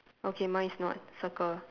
okay mine is not circle